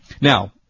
Now